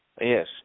Yes